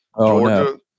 Georgia